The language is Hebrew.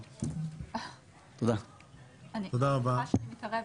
אני ראש צוות במ.מ.מ.